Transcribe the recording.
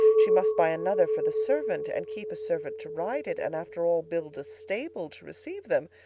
she must buy another for the servant, and keep a servant to ride it, and after all, build a stable to receive them,